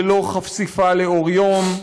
ללא חשיפה לאור יום,